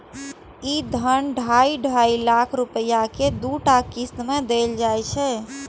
ई धन ढाइ ढाइ लाख रुपैया के दूटा किस्त मे देल जाइ छै